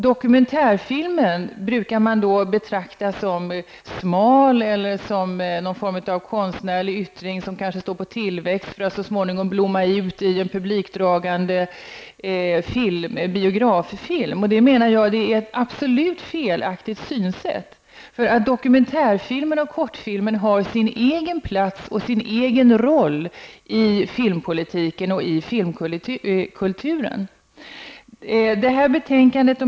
Dokumentärfilmen brukar man betrakta som smal eller som någon konstnärlig yttring som står på tillväxt för att så småningom blomma ut i en publikdragande biograffilm. Det menar jag är ett helt felaktigt synsätt. Dokumentärfilmen och kortfilmen har sin egen plats och sin egen roll i filmpolitiken och i filmkulturen.